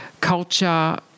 culture